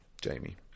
Jamie